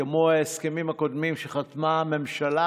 כמו ההסכמים הקודמים שחתמה הממשלה